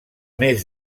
més